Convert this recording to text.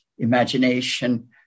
imagination